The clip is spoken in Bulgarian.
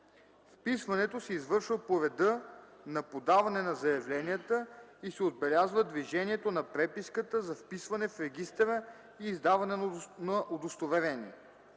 Вписването се извършва по реда на подаване на заявленията и се отбелязва движението на преписката за вписване в регистъра и издаване на удостоверение.”